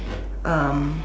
um